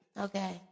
Okay